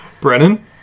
Brennan